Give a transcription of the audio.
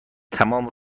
تمام